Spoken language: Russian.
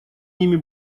ними